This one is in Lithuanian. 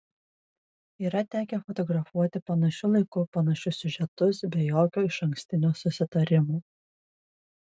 yra tekę fotografuoti panašiu laiku panašius siužetus be jokio išankstinio susitarimo